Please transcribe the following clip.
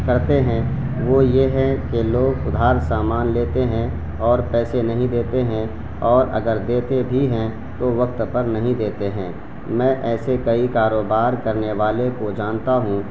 کرتے ہیں وہ یہ ہے کہ لوگ ادھار سامان لیتے ہیں اور پیسے نہیں دیتے ہیں اور اگر دیتے بھی ہیں تو وقت پر نہیں دیتے ہیں میں ایسے کئی کاروبار کرنے والے کو جانتا ہوں